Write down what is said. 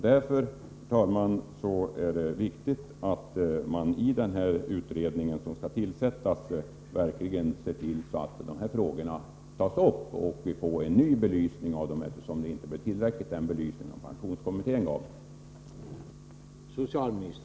Därför är det viktigt att den utredning som skall tillsättas verkligen får till uppgift att ta upp dessa frågor, så att vi får en ny belysning av dem, eftersom den belysning som pensionskommittén gav inte blev tillräcklig.